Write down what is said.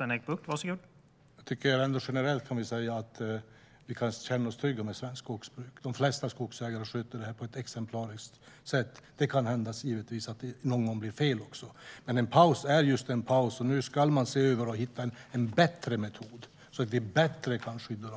Herr talman! Generellt kan jag säga att vi kan känna oss trygga med svenskt skogsbruk. De flesta skogsägare sköter detta på ett exemplariskt sätt. Det kan givetvis hända att det blir fel någon gång, men en paus är en paus. Nu ska man se över och hitta en bättre metod så att vi kan skydda